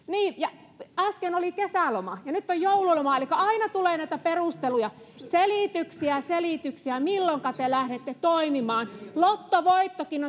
niin ja äsken oli kesäloma ja nyt on joululoma elikkä aina tulee näitä perusteluja selityksiä selityksiä milloinka te lähdette toimimaan lottovoittokin